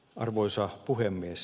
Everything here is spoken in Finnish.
arvoisa puhemies